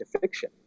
fiction